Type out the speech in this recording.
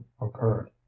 occurred